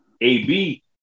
AB